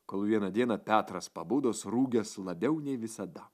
kol vieną dieną petras pabudo surūgęs labiau nei visada